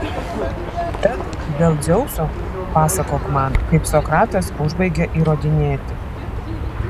tad dėl dzeuso pasakok man kaip sokratas užbaigė įrodinėti